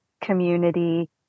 community